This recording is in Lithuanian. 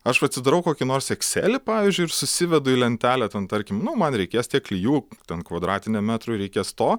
aš va atsidarau kokį nors ekselį pavyzdžiui ir susivedu į lentelę ten tarkim nu man reikės tiek klijų ten kvadratiniam metrui reikės to